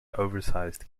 oversized